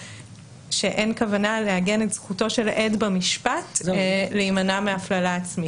שאין כוונה לעגן את זכותו של העד במשפט להימנע מהפללה עצמית.